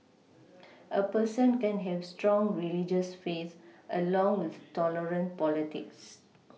a person can have strong religious faith along with tolerant politics